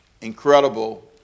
incredible